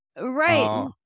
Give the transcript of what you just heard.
Right